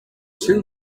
two